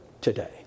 today